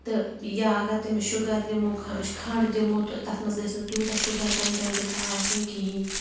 تہٕ یا اگر تٔیٚس شُگر دِمو کھَ کھَنٛڈ دِمو تہٕ تَتھ منٛز گژھِ نہٕ تیوٗتاہ شُگَر کَنٹینٛٹ تہِ آسُن کِہیٖنۍ